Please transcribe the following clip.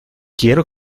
quiero